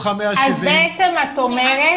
אז בעצם את אומרת שבית המשפט צריך